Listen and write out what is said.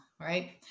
Right